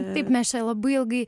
taip mes čia labai ilgai